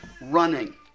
running